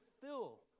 fill